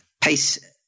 pace